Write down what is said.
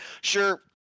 sure